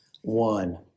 one